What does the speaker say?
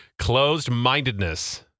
Closed-mindedness